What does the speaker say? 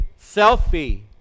selfie